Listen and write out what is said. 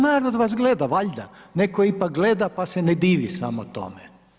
Narod vas gleda valjda, netko ipak gleda, pa se ne divi samo tome.